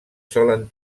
solen